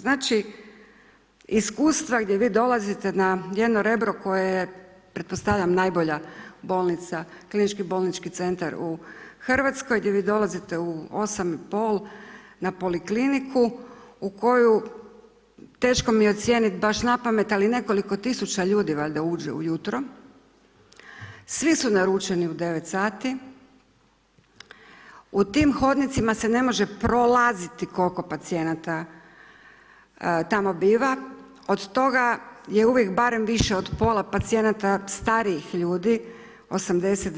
Znači, iskustva gdje vi dolazite na jedno Rebro koje je pretpostavljam najbolja bolnica, KBC u Hrvatskoj, gdje vi dolazite u 8,30 na polikliniku, u koju teško mi je ocijeniti baš napamet, ali nekoliko tisuća ljudi valjda uđe ujutro, svi su naručeni u 9 sati, u tim hodnicima se ne može prolaziti koliko pacijenata tamo biva, od toga je uvijek barem više od pola pacijenata starijih ljudi, 80,